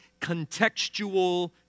contextual